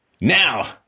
Now